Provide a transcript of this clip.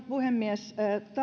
puhemies